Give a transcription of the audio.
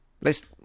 Let's-